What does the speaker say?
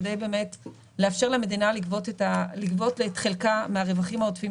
כדי לאפשר למדינה לגבות את חלקה מהרווחים העודפים